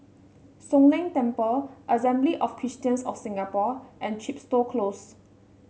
Soon Leng Temple Assembly of Christians of Singapore and Chepstow Close